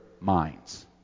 minds